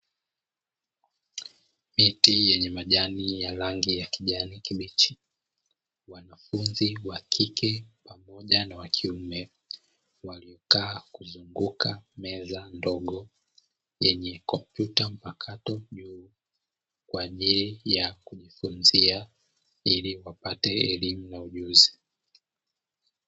Miti yenye majani ya rangi ya kijani kibichi, wanafunzi wa kike pamoja na wa kiume waliokaa kuzunguka meza ndogo yenye kompyuta mpakato juu, kwa ajili ya kujifunzia, ili wapate elimu na ujuzi.